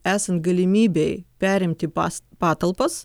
esant galimybei perimti pas patalpas